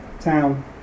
town